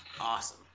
awesome